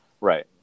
Right